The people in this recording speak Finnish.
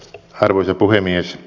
arvoisa puhemies